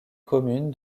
communes